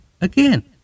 Again